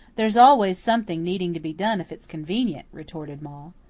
there's always something needing to be done if it's convenient, retorted ma.